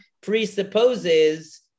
presupposes